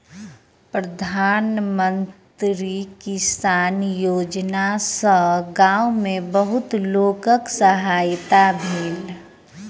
प्रधान मंत्री किसान योजना सॅ गाम में बहुत लोकक सहायता भेल